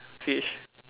fish